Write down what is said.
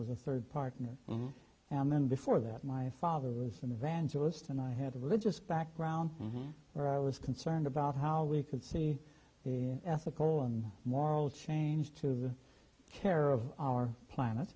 was a rd partner and then before that my father was an evangelist and i had a religious background where i was concerned about how we could see the ethical and moral change to the care of our planet